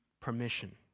permission